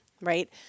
right